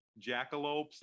jackalopes